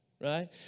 right